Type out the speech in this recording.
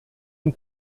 une